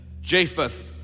Japheth